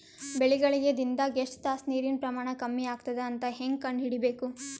ಬೆಳಿಗಳಿಗೆ ದಿನದಾಗ ಎಷ್ಟು ತಾಸ ನೀರಿನ ಪ್ರಮಾಣ ಕಮ್ಮಿ ಆಗತದ ಅಂತ ಹೇಂಗ ಕಂಡ ಹಿಡಿಯಬೇಕು?